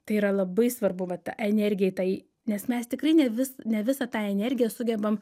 tai yra labai svarbu va ta energija tai nes mes tikrai ne vis ne visą tą energiją sugebam